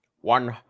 One